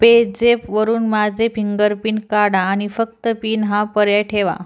पेझेपवरून माझे finger print काढा आणि फक्त पिन हा पर्याय ठेवा